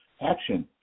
action